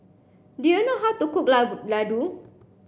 do you know how to cook Ladoo